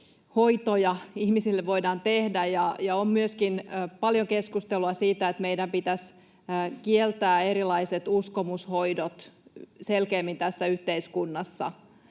hoitoja ihmisille voidaan tehdä, ja on myöskin paljon keskustelua siitä, että meidän pitäisi kieltää erilaiset uskomushoidot selkeämmin tässä yhteiskunnassa.